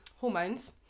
hormones